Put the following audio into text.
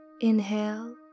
Inhale